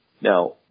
Now